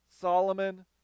Solomon